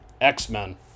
X-Men